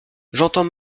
j’entends